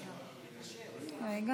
מרגי,